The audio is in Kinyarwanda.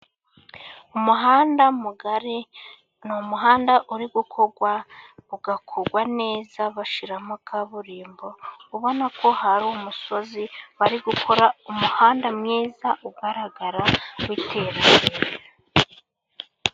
Umuhanda mugari, ni umuhanda uri gukorwa ugakorwa neza bashyiramo kaburimbo, ubona ko hari umusozi bari gukora umuhanda mwiza, ugaragara w'iterambere.